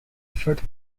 third